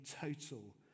total